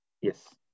yes